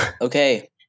Okay